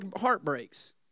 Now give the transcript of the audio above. heartbreaks